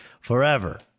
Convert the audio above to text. forever